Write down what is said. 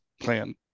plan